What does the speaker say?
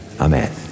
Amen